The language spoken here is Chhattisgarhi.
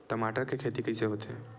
टमाटर के खेती कइसे होथे?